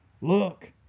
look